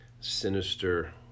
sinister